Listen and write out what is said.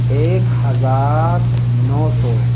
ایک ہزار نو سو